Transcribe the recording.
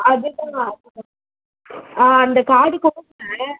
அது தான் அது தான் ஆ அந்த கார்டு கொடுக்குறேன்